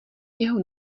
jeho